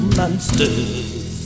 monsters